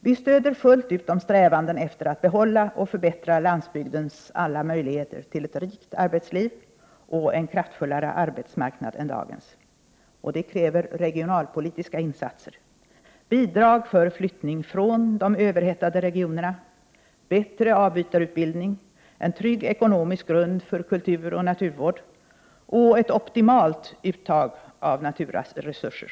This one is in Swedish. Vi stöder fullt ut strävandena att behålla och förbättra landsbygdens alla möjligheter till ett rikt arbetsliv och en kraftfullare arbetsmarknad än dagens. Det kräver regionalpolitiska insatser — bidrag till flyttning från de överhettade regionerna, bättre avbytarutbildning, en trygg ekonomisk grund för kulturoch naturvård och ett optimalt uttag av naturresurser.